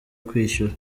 kwishyura